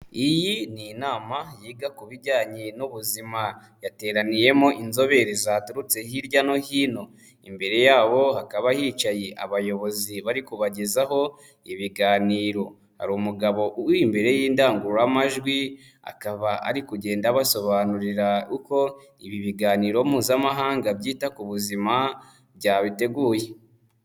Iyi ni inama yiga ku bijyanye n'ubuzima yateraniyemo inzobere zaturutse hirya no hino, imbere yabo hakaba hicaye abayobozi bari kubagezaho ibiganiro, hari umugabo uri imbere y'indangururamajwi akaba ari kugenda abasobanurira uko ibi biganiro Mpuzamahanga byita ku buzima byabiteguye.